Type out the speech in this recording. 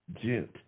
gent